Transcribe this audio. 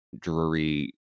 Drury